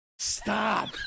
Stop